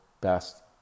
best